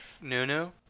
Nunu